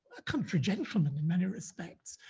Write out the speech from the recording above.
a country gentleman in many respects,